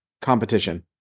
competition